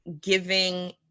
giving